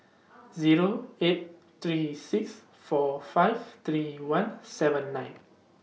Zero eight three six four five three one seven nine